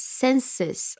senses